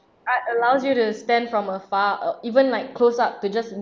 art allows you to stand from afar uh even like close up to just